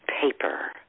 paper